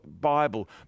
Bible